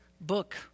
book